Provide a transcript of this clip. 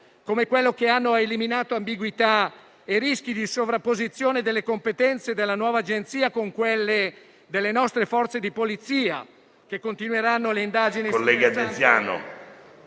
come quello che ha eliminato ambiguità e rischi di sovrapposizione delle competenze della nuova Agenzia con quelle delle nostre Forze di polizia, che continueranno le indagini